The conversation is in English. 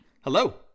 Hello